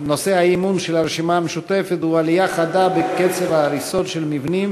נושא האי-אמון של הרשימה המשותפת הוא: עלייה חדה בקצב ההריסות של מבנים